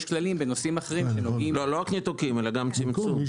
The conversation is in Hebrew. ניתוק או צמצום.